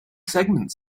segment